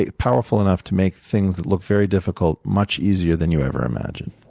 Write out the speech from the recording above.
ah powerful enough to make things that look very difficult much easier than you ever imagined.